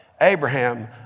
Abraham